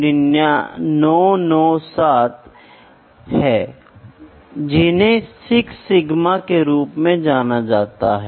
तो एक बार जो इसे दूर कर देता है तो अब आप पानी के प्रवाह को रोकने में सक्षम नहीं हैं